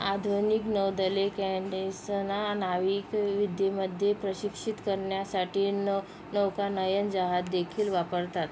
आधुनिक नौदले कँडेसना नाविक विद्येमध्ये प्रशिक्षित करण्यासाठी न नौकानयन जहाज देखील वापरतात